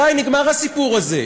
די, נגמר הסיפור הזה.